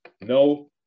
no